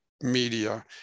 media